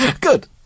Good